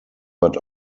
but